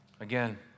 Again